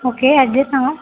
okay address सांगा